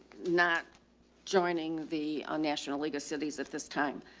not joining the national league of cities. if this time,